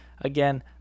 again